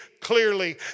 clearly